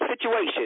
situation